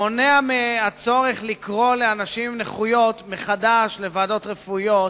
מונע מהצורך לקרוא מחדש לאנשים עם נכות לוועדות רפואיות,